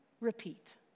repeat